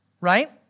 right